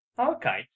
Okay